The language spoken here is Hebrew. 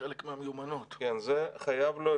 חלק מהמיומנות.